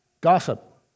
gossip